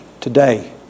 today